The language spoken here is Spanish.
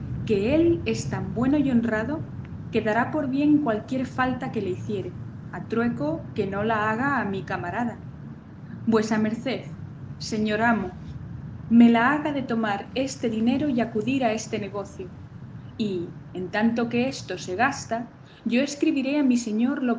que él es tan bueno y honrado que dará por bien cualquier falta que le hiciere a trueco que no la haga a mi camarada vuesa merced señor amo me la haga de tomar este dinero y acudir a este negocio y en tanto que esto se gasta yo escribiré a mi señor lo